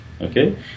okay